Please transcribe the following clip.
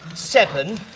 seven,